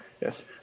yes